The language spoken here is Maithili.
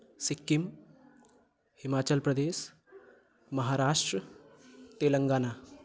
सिक्किम हिमाचल प्रदेश महाराष्ट्र तेलङ्गाना